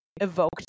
evoked